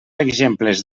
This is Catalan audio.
exemples